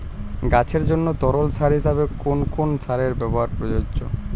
গাছের জন্য তরল সার হিসেবে কোন কোন সারের ব্যাবহার প্রযোজ্য?